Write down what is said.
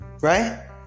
Right